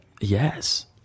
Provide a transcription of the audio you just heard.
Yes